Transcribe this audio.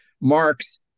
Marx